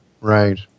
right